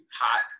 hot